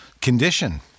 condition